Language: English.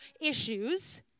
issues